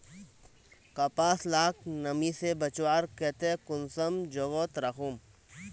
कपास लाक नमी से बचवार केते कुंसम जोगोत राखुम?